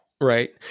right